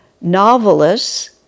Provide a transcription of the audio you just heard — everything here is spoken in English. novelists